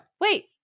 wait